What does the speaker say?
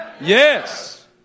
Yes